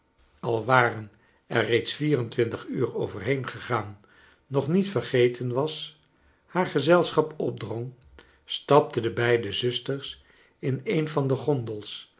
al waren er reeds vierentwintig uur overheen gegaan nog niet vergeten was haar gezelschap opdrong stapten de beide zusters in een van de gondels